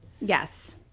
Yes